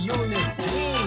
unity